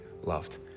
loved